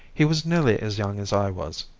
he was nearly as young as i was,